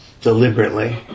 Deliberately